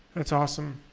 that's awesome.